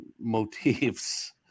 motifs